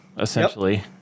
essentially